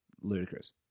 ludicrous